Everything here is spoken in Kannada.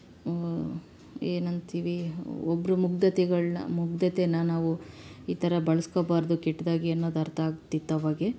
ಏನಂತೀವಿ ಒಬ್ರ ಮುಗ್ಧತೆಗಳನ್ನ ಮುಗ್ಧತೇನಾ ನಾವು ಈ ಥರ ಬಳಸ್ಕೋಬಾರ್ದು ಕೆಟ್ಟದಾಗಿ ಅನ್ನೋದು ಅರ್ಥ ಆಗ್ತಿತ್ತು ಅವಾಗೇ